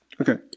Okay